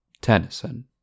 Tennyson